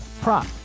prop